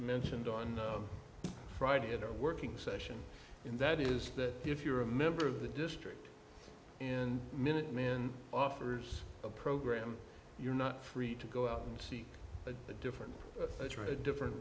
mentioned on friday at a working session that is that if you're a member of the district and minuteman offers a program you're not free to go out and seek a different different